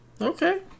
Okay